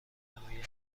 نمایندگی